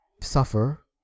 suffer